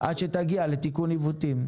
עד שתגיעו לתיקון עיוותים.